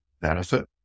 benefit